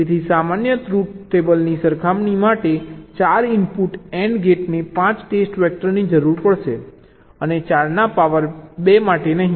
તેથી સામાન્ય ટ્રુથ ટેબલની સરખામણી માટે 4 ઇનપુટ AND ગેટને 5 ટેસ્ટ વેક્ટરની જરૂર પડશે અને 4 ના પાવર 2 માટે નહીં